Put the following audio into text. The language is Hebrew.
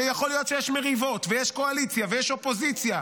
שיכול להיות שיש מריבות ויש קואליציה ויש אופוזיציה,